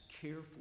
careful